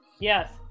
Yes